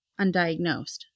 undiagnosed